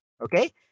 okay